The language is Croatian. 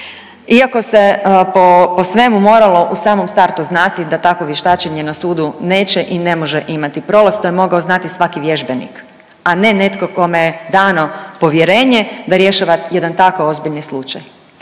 Iako se po svemu moralo u samom startu znati da takvo vještačenje na sudu neće i ne može imati prolaz. To je mogao dati svaki vježbenik, a ne netko kome je dano povjerenje da rješava jedan tako ozbiljni slučaj.